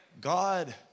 God